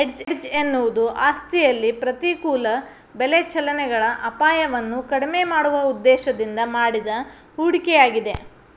hedge ಎನ್ನುವುದು ಆಸ್ತಿಯಲ್ಲಿ ಪ್ರತಿಕೂಲ ಬೆಲೆ ಚಲನೆಗಳ ಅಪಾಯವನ್ನು ಕಡಿಮೆ ಮಾಡುವ ಉದ್ದೇಶದಿಂದ ಮಾಡಿದ ಹೂಡಿಕೆಯಾಗಿದೆ